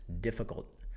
difficult